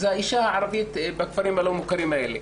זה האישה הערבית בכפרים הלא מוכרים האלה.